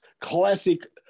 classic